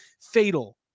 Fatal